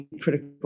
critical